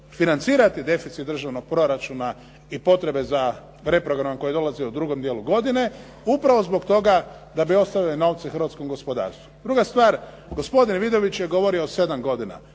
financirati deficit državnog proračuna i potrebe za reprogram koji dolazi u drugom dijelu godine upravo zbog toga da bi ostavili novce hrvatskom gospodarstvu. Druga stvar, gospodin Vidović je govorio o sedam godina.